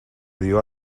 dió